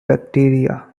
bacteria